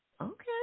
Okay